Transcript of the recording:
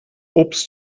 obst